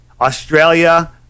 Australia